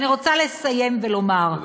אני רוצה לסיים ולומר,